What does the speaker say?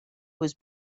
was